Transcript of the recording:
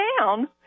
down